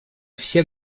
все